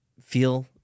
feel